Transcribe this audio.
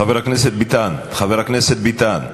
חבר הכנסת ביטן, חבר הכנסת ביטן.